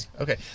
Okay